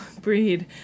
breed